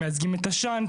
הם מיצגים את עשן,